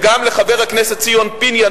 וגם לחבר הכנסת ציון פיניאן,